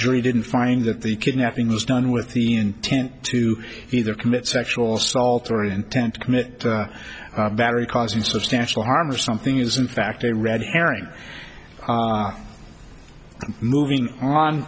jury didn't find that the kidnapping was done with the intent to either commit sexual assault or intent to commit battery causing substantial harm or something is in fact a red herring moving on